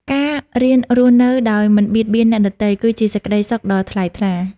ការរៀនរស់នៅដោយមិនបៀតបៀនអ្នកដទៃ គឺជាសេចក្ដីសុខដ៏ថ្លៃថ្លា។